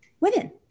women